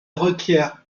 requiert